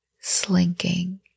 slinking